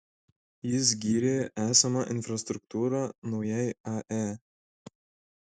jis gyrė esamą infrastruktūrą naujai ae